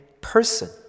person